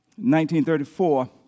1934